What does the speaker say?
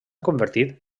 convertit